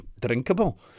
drinkable